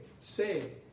say